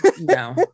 No